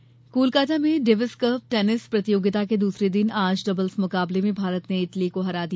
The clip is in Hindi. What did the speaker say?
टेनिस जीत कोलकाता में डेविस कप टेनिस प्रतियोगिता के दूसरे दिन आज डबल्स मुकाबले में भारत ने इटली को हरा दिया